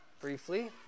briefly